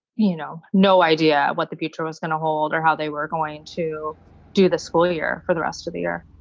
you know, no idea what the future was gonna hold or how they were going to do the school year for the rest of the year.